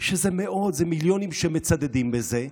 שהם מאות, מיליונים, שמצדדים בזה ושמחים,